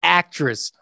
actress